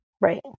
right